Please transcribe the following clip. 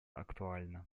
актуальна